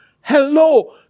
Hello